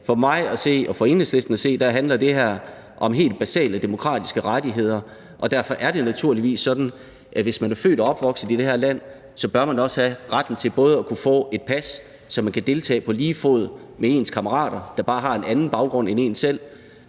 For mig at se og for Enhedslisten at se handler det her om helt basale demokratiske rettigheder, og derfor er det naturligvis sådan, at hvis man er født og opvokset i det her land, bør man også både have retten til at kunne få et pas, så man kan deltage på lige fod med ens kammerater, der bare har en anden baggrund end en selv,